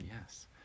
Yes